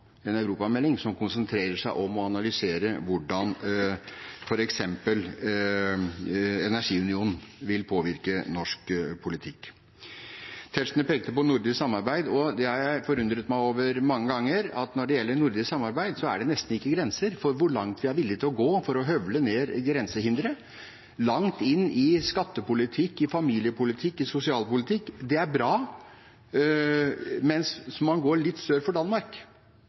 En europamelding som konsentrerer seg om å analysere hvordan f.eks. energiunionen vil påvirke norsk politikk, kan jo fremmes av en fagstatsråd. Tetzschner pekte på nordisk samarbeid. Jeg har mange ganger forundret meg over at når det gjelder nordisk samarbeid, er det nesten ikke grenser for hvor langt en er villig til å gå for å høvle ned grensehindre – langt inn i skattepolitikk, i familiepolitikk, i sosialpolitikk. Det er bra, mens hvis man går litt sør for Danmark,